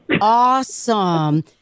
Awesome